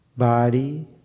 body